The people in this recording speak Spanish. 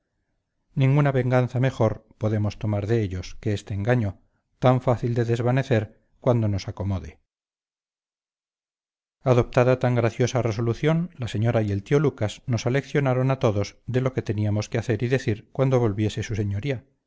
ninguna venganza mejor podemos tomar de ellos que este engaño tan fácil de desvanecer cuando nos acomode adoptada tan graciosa resolución la señora y el tío lucas nos aleccionaron a todos de lo que teníamos que hacer y decir cuando volviese su señoría